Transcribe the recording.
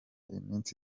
iminsi